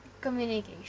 communication